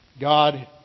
God